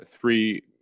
three